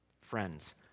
Friends